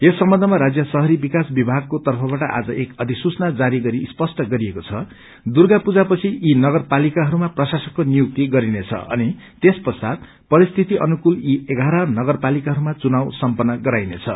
यस सम्बन्धमा राजय शहरी विकास विभागको तर्फबाट आज एक अधिसूचना जारी गरी स्पष्ट गरिएको छ कि दूर्गा पूजापछि यी नगरपालिकाहरूमा प्रशासकको नियुक्ति गरिनेछ अनि त्यसपश्चात परिस्थिति अनुकूल यी एघार नगरपालिकाहरूमा चुनाव सम्पन्न गराइनेछ